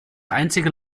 einzige